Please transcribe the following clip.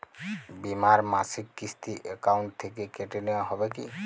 বিমার মাসিক কিস্তি অ্যাকাউন্ট থেকে কেটে নেওয়া হবে কি?